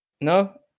No